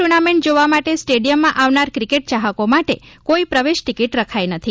tournament જોવા માટે સ્ટેડિયમમાં આવનાર ક્રિકેટ ચાહકો માટે કોઇ પ્રવેશ ટિકિટ રખાઇ નથી